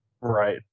Right